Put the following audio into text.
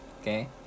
Okay